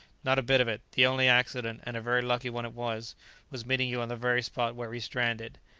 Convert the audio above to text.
not a bit of it the only accident and a very lucky one it was was meeting you on the very spot where we stranded.